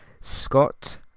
Scott